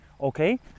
okay